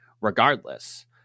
regardless